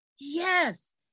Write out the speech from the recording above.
Yes